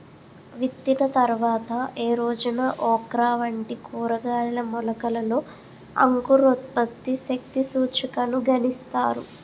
విత్తిన తర్వాత ఏ రోజున ఓక్రా వంటి కూరగాయల మొలకలలో అంకురోత్పత్తి శక్తి సూచికను గణిస్తారు?